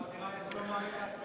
נראה לי שאתה לא מאמין לעצמך.